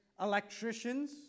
electricians